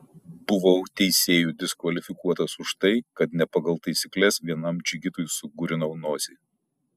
buvau teisėjų diskvalifikuotas už tai kad ne pagal taisykles vienam džigitui sugurinau nosį